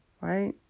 right